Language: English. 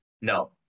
No